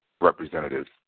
representatives